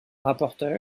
rapporteur